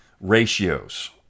ratios